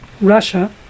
Russia